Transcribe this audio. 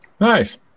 Nice